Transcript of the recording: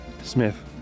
Smith